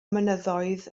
mynyddoedd